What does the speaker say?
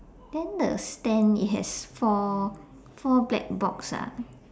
then the stand it has four four black box ah